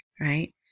right